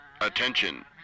Attention